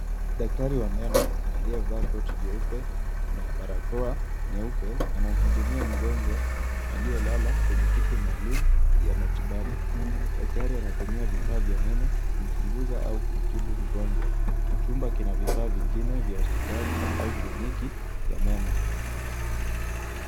Daktari wa meno aliyevaa koti jeupe na barakoa nyeupe anamhudumia mgonjwa aliyelala kwenye kiti maalumu ya matibabu. Daktari anatumia vifaa vya meno kumchunguza au kumtibu mgonjwa. Chumba kina vifaa vingine vya hospitali au kliniki ya meno.